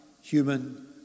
human